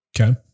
Okay